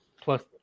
plus